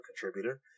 contributor